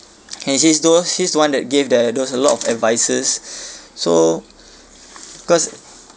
and he's though he's the one that gave there there was a lot of advice so cause